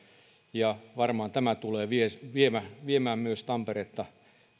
ja varmaan tämä tulee myös viemään tamperetta